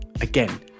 Again